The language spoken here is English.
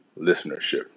listenership